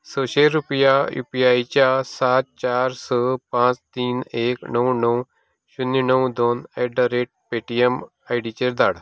सयशीं रुपया U P I च्या सात चार स पांच तीन एक णव णव शून्य णव दोन एट पेटीएम आय डी चेर धाड